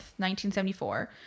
1974